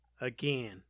again